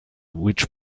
which